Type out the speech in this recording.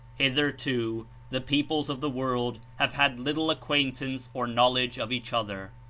hitherto the peoples of the world have had little acquaintance or knowledge of each other.